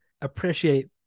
appreciate